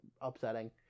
upsetting